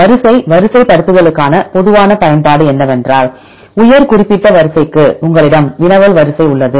வரிசை வரிசைப்படுத்துதலுக்கான பொதுவான பயன்பாடு என்னவென்றால் உயர் குறிப்பிட்ட வரிசைக்கு உங்களிடம் வினவல் வரிசை உள்ளது